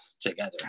together